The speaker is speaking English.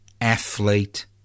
athlete